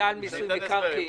זה על מיסוי מקרקעין.